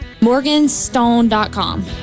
Morganstone.com